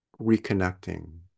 reconnecting